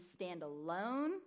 standalone